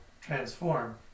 transform